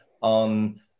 on